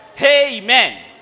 Amen